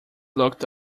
looked